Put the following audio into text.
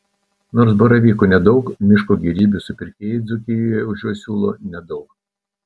nors baravykų nedaug miško gėrybių supirkėjai dzūkijoje už juos siūlo nedaug